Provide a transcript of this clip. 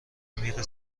میره